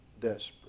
Desperate